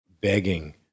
begging